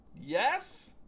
Yes